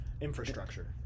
Infrastructure